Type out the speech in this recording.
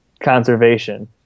conservation